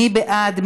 מי בעד?